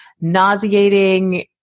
nauseating